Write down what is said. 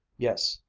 yes,